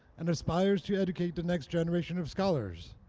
and aspires to educate the next generation of scholars.